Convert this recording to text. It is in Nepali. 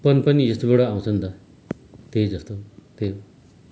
पन पनि यस्तोबाट आउँछ नि त त्यही जस्तो त्यही हो